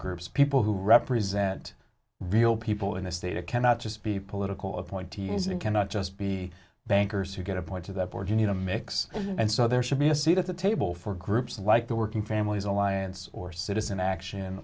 groups of people who represent real people in a state it cannot just be political appointees and cannot just be bankers who get a point to that board you need a mix and so there should be a seat at the table for groups like the working families alliance or citizen action